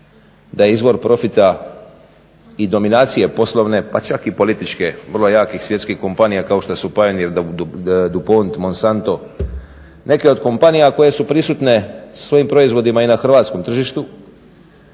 da je izvor profita i dominacije poslovne pa čak i političke vrlo jakih svjetskih kompanija kao što su Paint, Du Pont, Monsanto … Neke od kompanija koje su prisutne sa svojim proizvodima i na hrvatskom tržištu